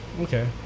okay